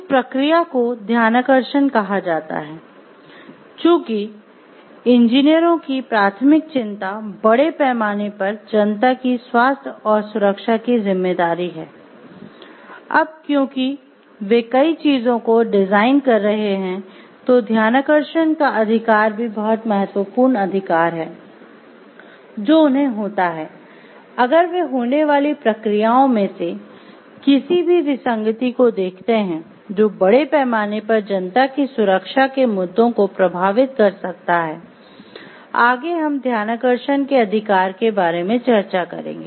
इस प्रक्रिया को ध्यानाकर्षण के अधिकार के बारे में चर्चा करेंगे